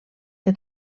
que